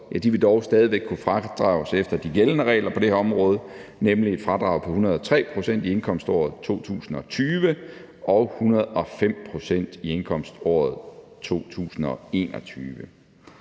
vil dog stadig væk kunne fradrages efter de gældende regler på det her område, nemlig med et fradrag på 103 pct. i indkomståret 2020 og 105 pct. i indkomståret 2021.